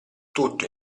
tutto